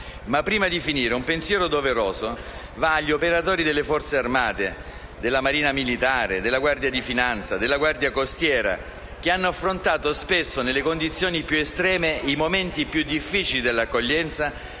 Ma prima di concludere, un pensiero doveroso va agli operatori delle Forze armate, della Marina militare, della Guardia di finanza, della Guardia costiera, che hanno affrontato, spesso nelle condizioni più estreme, i momenti più difficili dell'accoglienza,